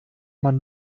man